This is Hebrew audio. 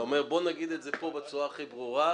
זאת אומרת, בוא נגיד את זה פה בצורה הכי ברורה: